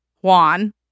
juan